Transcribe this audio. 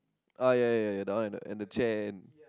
uh ya ya ya that one I know and the chair and